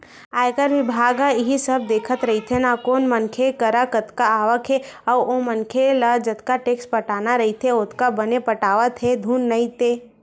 आयकर बिभाग ह इही सब देखत रहिथे ना कोन मनखे कर कतका आवक हे अउ ओ मनखे ल जतका टेक्स पटाना रहिथे ओतका बने पटावत हे धुन नइ ते